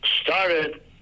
started